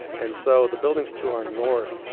and so, the buildings to our north,